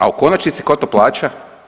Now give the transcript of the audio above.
A u konačnici tko to plaća?